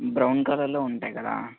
brown కలర్లో ఉంటాయి కదా